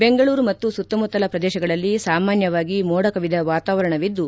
ಬೆಂಗಳೂರು ಮತ್ತು ಸುತ್ತಮುತ್ತಲ ಪ್ರದೇಶಗಳಲ್ಲಿ ಸಾಮಾನ್ಯವಾಗಿ ಮೋಡ ಕವಿದ ವಾತಾವರಣವಿದ್ದು